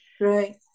right